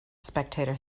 spectator